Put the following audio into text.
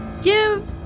give